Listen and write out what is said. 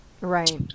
right